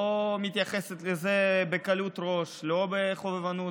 היא לא מתייחסת לזה בקלות ראש, לא בחובבנות.